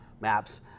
Maps